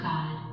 God